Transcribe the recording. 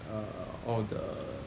uh all the